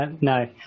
No